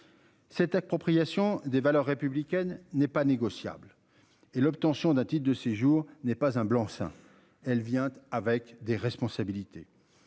Cette expropriation des valeurs républicaines n'est pas négociable et l'obtention d'un titre de séjour n'est pas un blanc-seing. Elle vient avec des responsabilités